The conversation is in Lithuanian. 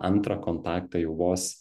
antrą kontaktą jau vos